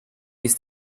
ist